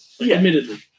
admittedly